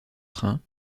train